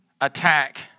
attack